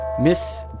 Miss